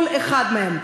כל אחד מהם.